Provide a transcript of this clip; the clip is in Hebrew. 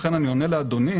לכן אני עונה לאדוני,